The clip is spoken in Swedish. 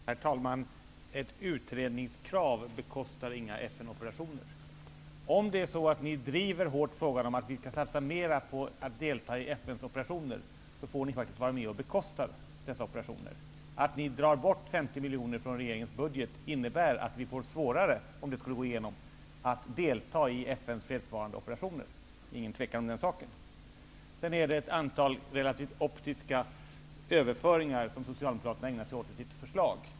Herr talman! Ett utredningskrav bekostar inga FN operationer. Om ni driver frågan om att satsa mer på att delta i FN-operationer hårt, får ni faktiskt vara med och bekosta dessa operationer. Att ta bort 50 miljoner kronor från regeringens budget innebär att det blir svårare att delta i FN:s fredsbevarande operationer. Det råder inget tvivel om den saken. Socialdemokraterna ägnar sig åt ett antal optiska överföringar i sitt förslag.